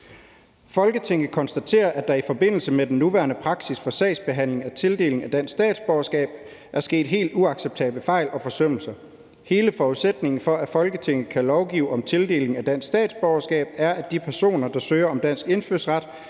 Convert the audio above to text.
»Folketinget konstaterer, at der i forbindelse med den nuværende praksis for sagsbehandling af tildeling af dansk statsborgerskab er sket helt uacceptable fejl og forsømmelser. Hele forudsætningen for, at Folketinget kan lovgive om tildeling af dansk statsborgerskab, er, at de personer, der søger om dansk indfødsret,